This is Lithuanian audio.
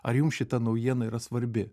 ar jums šita naujiena yra svarbi